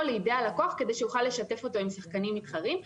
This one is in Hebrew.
לידי הלקוח כדי שיוכל לשתף אותו עם שחקנים מתחרים.